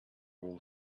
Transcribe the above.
will